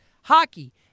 hockey